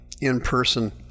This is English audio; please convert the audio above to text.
in-person